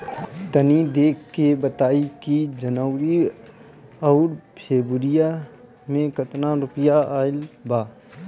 तनी देख के बताई कि जौनरी आउर फेबुयारी में कातना रुपिया आएल बा?